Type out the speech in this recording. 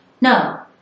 No